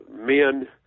men